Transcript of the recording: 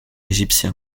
égyptien